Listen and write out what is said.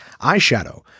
Eyeshadow